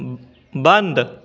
बंद